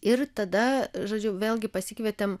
ir tada žodžiu vėlgi pasikvietėm